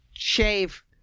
Shave